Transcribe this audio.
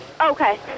Okay